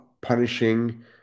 punishing